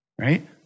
right